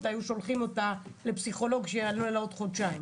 היו שולחים אותה לפסיכולוג שהיה מקבל אותה בעוד חודשיים.